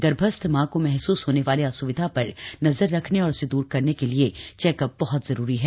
गर्भस्थ मां को महसूस होने वाली अस्विधा पर नजर रखने और उसे दूर करने के लिए चेकअप जरूरी है